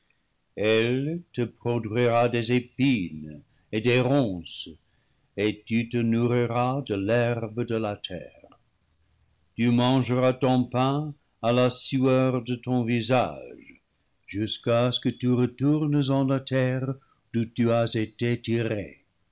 elle te pro duira des épines et des ronces et tu te nourriras de l'herbe de la terre tu mangeras ton pain à la sueur de ton visage jusqu'à ce que tu retournes en la terre d'où tu as été tiré